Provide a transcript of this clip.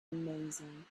amazing